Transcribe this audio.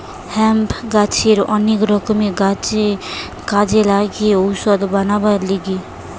hemp গাছের অনেক রকমের কাজে লাগে ওষুধ বানাবার লিগে